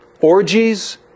orgies